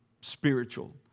spiritual